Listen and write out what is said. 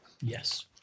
Yes